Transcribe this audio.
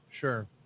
Sure